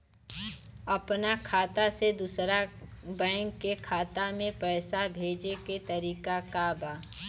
अपना खाता से दूसरा बैंक के खाता में पैसा भेजे के तरीका का बा?